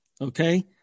okay